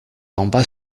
tomba